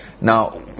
Now